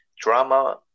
drama